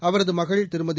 அவரது மகள் திருமதி